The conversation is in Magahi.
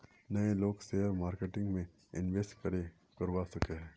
नय लोग शेयर मार्केटिंग में इंवेस्ट करे करवा सकोहो?